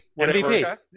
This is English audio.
MVP